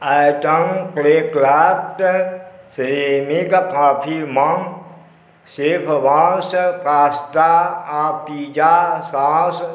item Claycraft ceramic coffee mug Chefboss pasta आओर pizza sauce